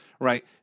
Right